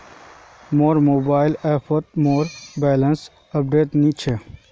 मोर मोबाइल ऐपोत मोर बैलेंस अपडेट नि छे